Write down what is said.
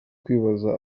kwibaza